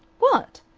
what?